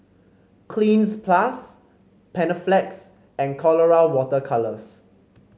Cleanz Plus Panaflex and Colora Water Colours